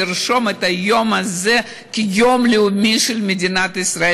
נרשום את היום הזה כיום לאומי של מדינת ישראל.